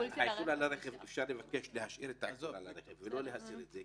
על הרכב ולא להסיר את זה,